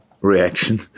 reaction